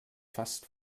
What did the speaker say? fast